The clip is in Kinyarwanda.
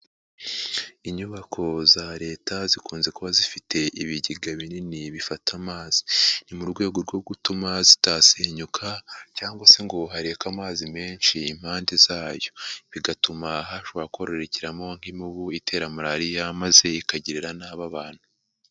Inyubako za leta zikunze kuba zifite ibigega binini bifata amazi, ni mu rwego rwo gutuma zitasenyuka, cyangwa se ngo harebwe amazi menshi impande zayo, bigatuma hashobora kororokeramo nk’imibu itera malariya, maze ikagirira nabi abantu.